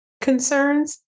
concerns